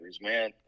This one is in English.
man